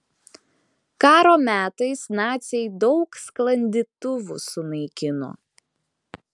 karo metais naciai daug sklandytuvų sunaikino